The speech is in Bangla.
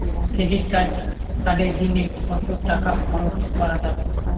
ক্রেডিট কার্ডে দিনে কত টাকা খরচ করা যাবে?